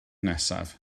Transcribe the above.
nesaf